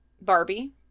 barbie